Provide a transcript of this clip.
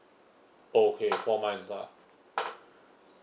okay four months lah